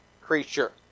creature